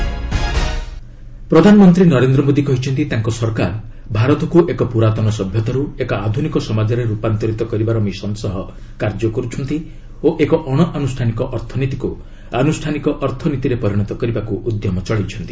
PM business summit ପ୍ରଧାନମନ୍ତ୍ରୀ ନରେନ୍ଦ୍ର ମୋଦି କହିଛନ୍ତି ତାଙ୍କ ସରକାର ଭାରତକୁ ଏକ ପୁରାତନ ସଭ୍ୟତାରୁ ଏକ ଆଧୁନିକ ସମାଜରେ ରୂପାନ୍ତରିତ କରିବାର ମିଶନ ସହ କାର୍ଯ୍ୟ କରୁଛନ୍ତି ଓ ଏକ ଅଣଆନୁଷ୍ଠାନିକ ଅର୍ଥନୀତିକୁ ଆନୁଷ୍ଠାନିକ ଅର୍ଥନୀତିରେ ପରିଣତ କରିବାକୁ ଉଦ୍ୟମ ଚଳାଇଛନ୍ତି